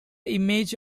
image